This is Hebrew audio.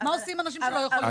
מה עושים אנשים שלא יכולים?